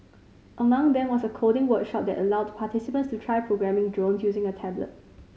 among them was a coding workshop that allowed participants to try programming drones using a tablet